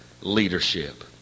leadership